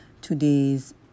today's